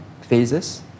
phases